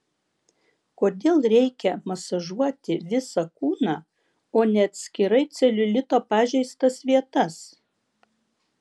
kodėl reikia masažuoti visą kūną o ne atskirai celiulito pažeistas vietas